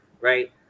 right